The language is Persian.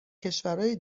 کشورای